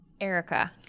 Erica